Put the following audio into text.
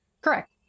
Correct